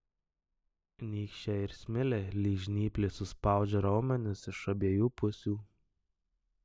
nykščiai ir smiliai lyg žnyplės suspaudžia raumenis iš abiejų pusių